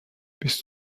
بیست